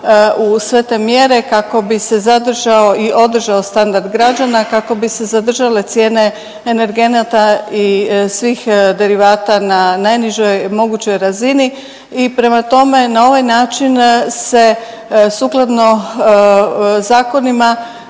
u sve te mjere kako bi se zadržao i održao standard građana, kako bi se zadržale cijene energenata i svih derivata na najnižoj mogućoj razini. I prema tome, na ovaj način se sukladno zakonima